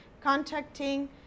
contacting